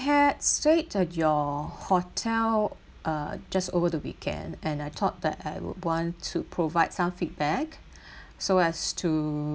had stayed at your hotel uh just over the weekend and I thought that I would want to provide some feedback so as to